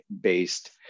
based